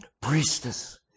priestess